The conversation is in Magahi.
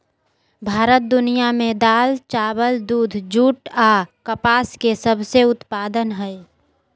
भारत दुनिया में दाल, चावल, दूध, जूट आ कपास के सबसे उत्पादन हइ